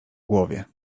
głowie